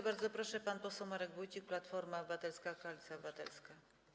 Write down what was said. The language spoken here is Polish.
Bardzo proszę, pan poseł Marek Wójcik, Platforma Obywatelska - Koalicja Obywatelska.